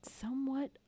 Somewhat